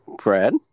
Fred